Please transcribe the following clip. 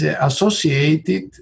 associated